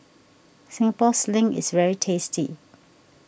Singapore Sling is very tasty